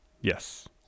Yes